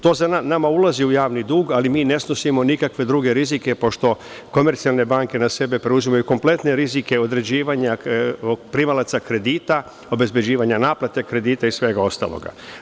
To nama ulazi u javni dug, ali mi ne snosimo nikakve druge rizike, pošto komercijalne banke na sebe preuzimaju kompletne rizike primalaca kredita, obezbeđivanja naplate kredita i svega ostalog.